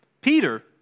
Peter